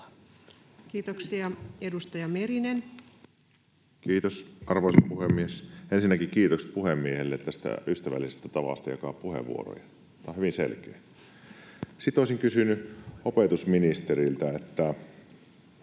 Time: 15:52 Content: Kiitos, arvoisa puhemies! Ensinnäkin kiitokset puhemiehelle tästä ystävällisestä tavasta jakaa puheenvuoroja. Tämä on hyvin selkeä. Sitten olisin kysynyt opetusministeriltä: Nyt